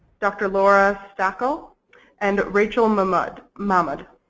dr. laura stachel and rachel mahmud, mahmud.